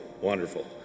wonderful